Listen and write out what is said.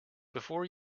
before